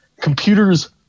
Computers